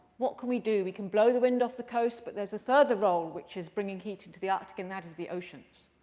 what can we do? we can blow the wind off the coast. but there's a further role which is bringing heat into the arctic, and that is the oceans.